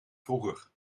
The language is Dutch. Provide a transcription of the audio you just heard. vroeger